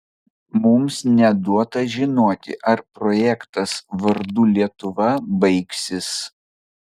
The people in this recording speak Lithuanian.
mums neduota žinoti ar projektas vardu lietuva baigsis